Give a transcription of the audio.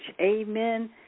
Amen